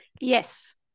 Yes